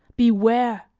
beware!